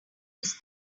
use